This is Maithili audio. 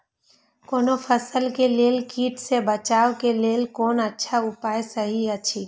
कोनो फसल के लेल कीट सँ बचाव के लेल कोन अच्छा उपाय सहि अछि?